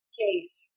case